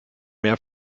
mehr